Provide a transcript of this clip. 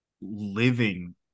living